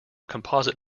composite